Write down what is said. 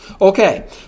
Okay